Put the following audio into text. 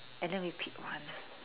and then we pick one